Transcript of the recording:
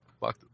Fuck